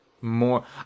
more